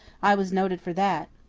i was noted for that.